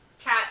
cat